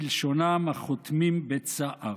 בלשונם, "החותמים בצער".